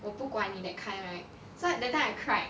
我不管你 that kind right so that time I cried